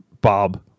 Bob